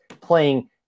playing